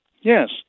Yes